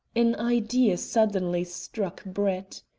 an idea suddenly struck brett.